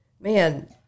man